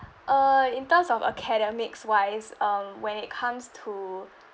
uh in terms of academics wise um when it comes to